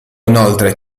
inoltre